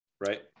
Right